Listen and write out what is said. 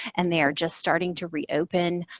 and they are just starting to reopen,